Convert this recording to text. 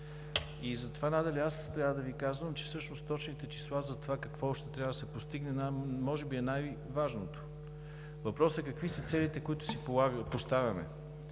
затова надали аз трябва да Ви казвам, че всъщност точните числа за това какво още трябва да се постигне може би са най-важното. Въпросът е: какви са целите, които си поставяме